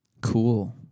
cool